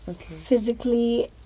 Physically